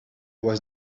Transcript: was